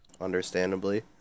understandably